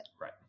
Right